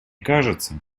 кажется